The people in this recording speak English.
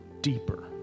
deeper